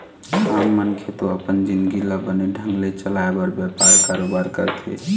आम मनखे तो अपन जिंनगी ल बने ढंग ले चलाय बर बेपार, कारोबार करथे